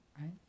right